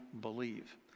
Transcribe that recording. believe